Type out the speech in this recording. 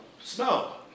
snow